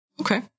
Okay